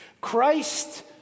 Christ